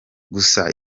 gusa